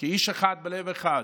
כאיש אחד בלב אחד,